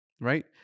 right